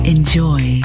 Enjoy